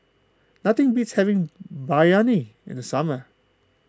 nothing beats having Biryani in the summer